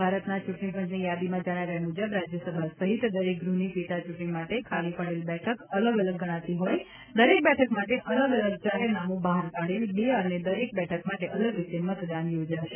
ભારતના ચૂંટણી પંચની યાદીમાં જણાવ્યા મુજબ રાજ્યસભા સહિત દરેક ગુહની પેટા ચ્રૂંટણી માટે ખાલી પડેલ બેઠક અલગ અલગ ગણાતી હોઇ દરેક બેઠક માટે અલગઅલગ જાહેરનામ બહાર પાડેલ બે અને દરેક બેઠક માટે અલગ રીતે મતદાન યોજાશે